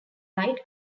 light